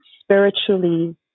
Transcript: spiritually